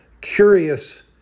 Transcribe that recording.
Curious